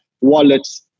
wallets